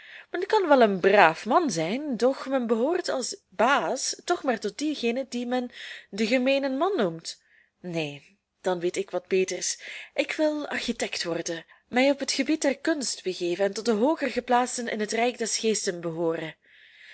men kan wel een braaf man zijn doch men behoort als baas toch maar tot diegenen die men den gemeenen man noemt neen dan weet ik wat beters ik wil architect worden mij op het gebied der kunst begeven en tot de hooger geplaatsten in het rijk des geestes behooren